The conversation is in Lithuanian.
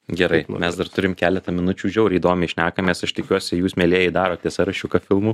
gerai mes dar turim keletą minučių žiauriai įdomiai šnekamės aš tikiuosi jūs mielieji darote sąrašiuką filmų